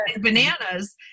bananas